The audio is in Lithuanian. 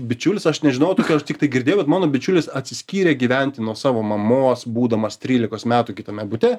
bičiulis mano bičiulis atsiskyrė gyventi nuo savo mamos būdamas trylikos metų kitame bute